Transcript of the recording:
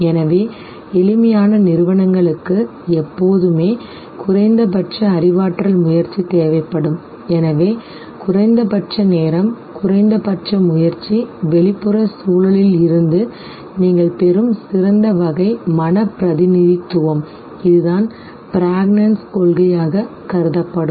எனவே எளிமையான நிறுவனங்களுக்கு எப்போதுமே குறைந்தபட்ச அறிவாற்றல் முயற்சி தேவைப்படும் எனவே குறைந்தபட்ச நேரம் குறைந்தபட்ச முயற்சி வெளிப்புற சூழலில் இருந்து நீங்கள் பெறும் சிறந்த வகை மன பிரதிநிதித்துவம் இதுதான் Prägnanz கொள்கையாக கருதப்படும்